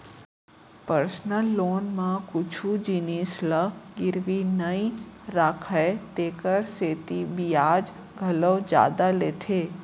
personal loan म कुछु जिनिस ल गिरवी नइ राखय तेकर सेती बियाज घलौ जादा लेथे